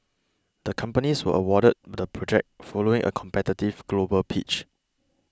the companies were awarded the project following a competitive global pitch